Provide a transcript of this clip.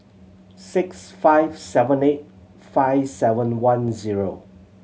six five seven eight five seven one zero